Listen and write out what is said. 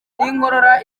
n’inkorora